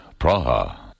Praha